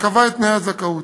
שקבעה את תנאי הזכאות.